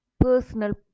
personal